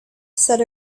said